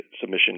submission